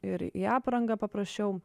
ir į aprangą paprasčiau